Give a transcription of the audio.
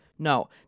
No